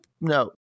no